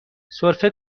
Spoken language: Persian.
سرفه